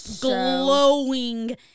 glowing